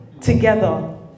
together